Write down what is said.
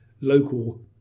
local